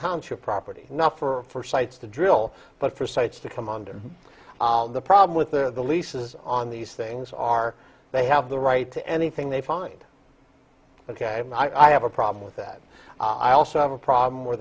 township property not for sites to drill but for sites to come under the problem with the leases on these things are they have the right to anything they find ok i have a problem with that i also have a problem where